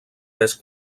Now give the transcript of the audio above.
pes